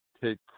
Take